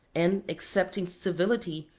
and, excepting civility,